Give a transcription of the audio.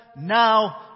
now